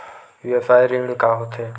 व्यवसाय ऋण का होथे?